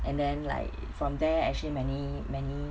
and then like from there actually many many